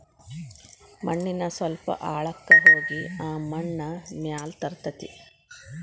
ಮಣ್ಣಿನ ಸ್ವಲ್ಪ ಆಳಕ್ಕ ಹೋಗಿ ಆ ಮಣ್ಣ ಮ್ಯಾಲ ತರತತಿ